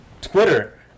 Twitter